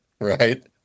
right